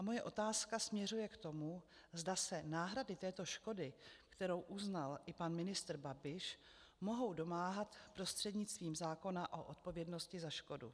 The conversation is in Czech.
Moje otázka směřuje k tomu, zda se náhrady této škody, kterou uznal i pan ministr Babiš, mohou domáhat prostřednictvím zákona o odpovědnosti za škodu.